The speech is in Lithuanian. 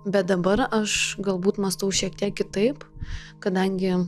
bet dabar aš galbūt mąstau šiek tiek kitaip kadangi